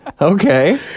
Okay